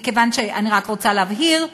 אני רק רוצה להבהיר,